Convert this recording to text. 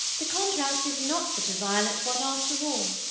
the contrast is not such a violent one after all.